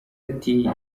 ati